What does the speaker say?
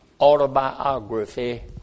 autobiography